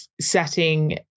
setting